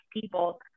people